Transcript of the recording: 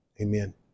Amen